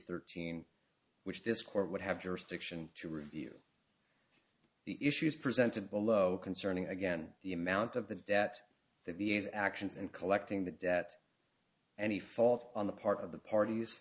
thirteen which this court would have jurisdiction to review the issues presented below concerning again the amount of the debt that the a's actions and collecting the debt any fault on the part of the parties